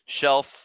shelf